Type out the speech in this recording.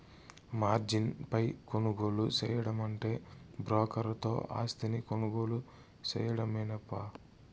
margin పై కొనుగోలు సేయడమంటే బ్రోకర్ తో ఆస్తిని కొనుగోలు సేయడమేనప్పా